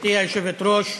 גברתי היושבת-ראש,